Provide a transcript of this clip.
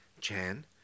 Chan